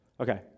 Okay